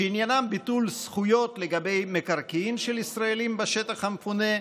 שעניינם ביטול זכויות לגבי מקרקעין של ישראלים בשטח המפונה,